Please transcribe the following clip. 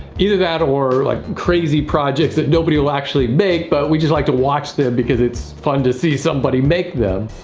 either that, or like crazy projects that nobody will actually make but we just like to watch them because it's fun to see somebody make them.